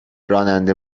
راننده